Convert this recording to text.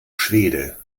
schwede